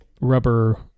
rubber